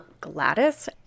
Gladys